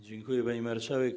Dziękuję, pani marszałek.